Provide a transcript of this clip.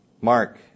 Mark